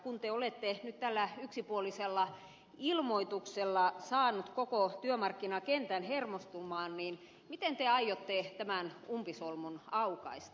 kun te olette nyt tällä yksipuolisella ilmoituksella saanut koko työmarkkinakentän hermostumaan niin miten te aiotte tämän umpisolmun aukaista